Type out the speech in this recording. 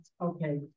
Okay